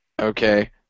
Okay